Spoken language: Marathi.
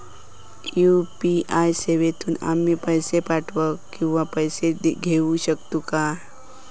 यू.पी.आय सेवेतून आम्ही पैसे पाठव किंवा पैसे घेऊ शकतू काय?